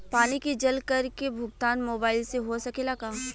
पानी के जल कर के भुगतान मोबाइल से हो सकेला का?